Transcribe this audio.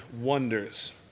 wonders